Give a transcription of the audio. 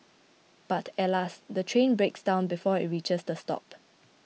but alas the train breaks down before it reaches the stop